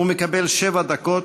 הוא מקבל שבע דקות,